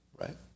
right